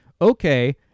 Okay